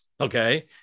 Okay